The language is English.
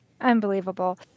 Unbelievable